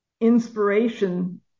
inspiration